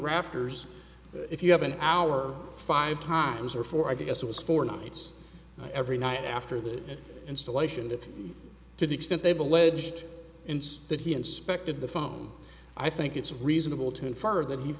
rafters if you have an hour five times or four i guess it was four nights every night after the installation that to the extent they've alleged insist that he inspected the phone i think it's reasonable to infer that he